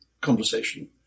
conversation